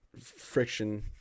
friction